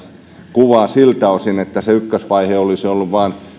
kuvaa siltä osin että se ykkösvaihe olisi ollut vain